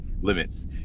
limits